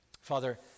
Father